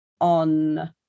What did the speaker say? on